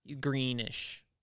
Greenish